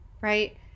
right